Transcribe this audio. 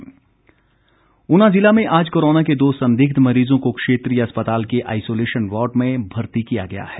corona संदिग्ध ऊना ज़िला में आज कोरोना के दो संदिग्ध मरीजों को क्षेत्रीय अस्पताल के आईसोलेशन वार्ड में भर्ती किया गया है